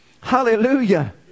Hallelujah